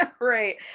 Right